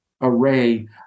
array